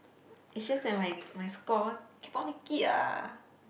is just that my my score cannot make it ah